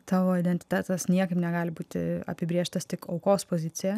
tavo identitetas niekaip negali būti apibrėžtas tik aukos pozicija